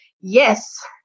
yes